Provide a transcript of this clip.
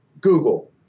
Google